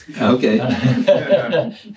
Okay